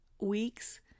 weeks